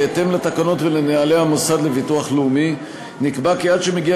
בהתאם לתקנות ולנוהלי המוסד לביטוח לאומי נקבע כי עד שמגיע